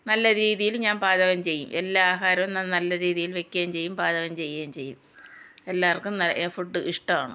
നല്ല രീതിയിൽ ഞാൻ പാചകം ചെയ്യും എല്ലാ ആഹാരവും ഞാൻ നല്ല രീതിയിൽ വെക്കുകയും ചെയ്യും പാചകം ചെയ്യേം ചെയ്യും എല്ലാവർക്കും ഫുഡ് ഇഷ്ടമാണ്